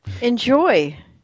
Enjoy